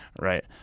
right